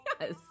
Yes